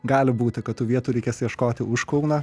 gali būti kad tų vietų reikės ieškoti už kauno